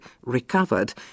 recovered